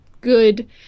good